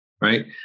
right